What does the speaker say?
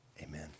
Amen